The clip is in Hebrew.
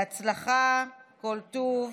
בהצלחה, כל טוב.